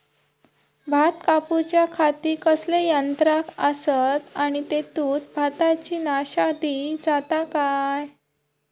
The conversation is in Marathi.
भात कापूच्या खाती कसले यांत्रा आसत आणि तेतुत भाताची नाशादी जाता काय?